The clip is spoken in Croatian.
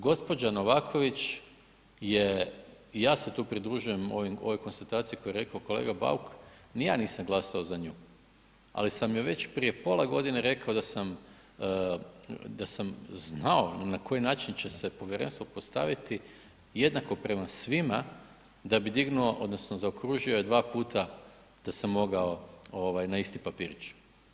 Gospođa Novaković je, ja se tu pridružujem ovoj konstataciji koju je rekao kolega Bauk, ni ja nisam glasao za nju ali sam joj već prije pola godine rekao da sam znao na koji način će se povjerenstvo postaviti jednako prema svima da bi dignuo, odnosno zaokružio je 2x da sam mogao na isti papirić.